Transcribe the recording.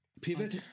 pivot